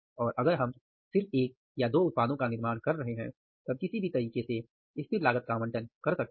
और अगर हम सिर्फ एक या दो उत्पादों का निर्माण कर रहे हैं तब किसी भी तरीके से स्थिर लागत का आवंटन कर सकते हैं